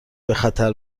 بخطر